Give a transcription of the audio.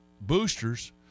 boosters